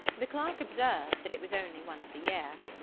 the clerk observed that it was only once a year.